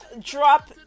drop